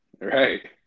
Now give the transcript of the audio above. right